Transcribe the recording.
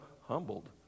Humbled